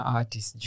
artist